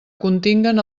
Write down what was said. continguen